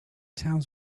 towns